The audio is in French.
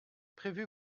prévu